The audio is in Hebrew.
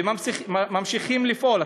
ממשיכים לפעול.